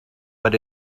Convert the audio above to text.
but